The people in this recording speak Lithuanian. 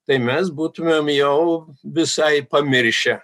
tai mes būtumėm jau visai pamiršę